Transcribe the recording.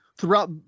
throughout